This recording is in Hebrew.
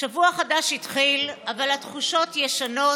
שבוע חדש התחיל אבל התחושות ישנות,